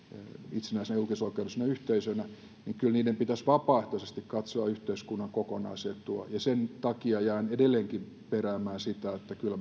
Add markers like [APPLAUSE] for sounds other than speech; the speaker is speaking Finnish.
itsenäisinä julkisoikeudellisina yhteisöinä kyllä pitäisi vapaaehtoisesti katsoa yhteiskunnan kokonaisetua sen takia jään edelleenkin peräämään sitä että kyllä [UNINTELLIGIBLE]